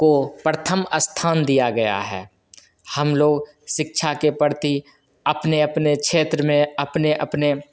को प्रथम स्थान दिया गया है हम लोग शिक्षा के प्रति अपने अपने क्षेत्र में अपने अपने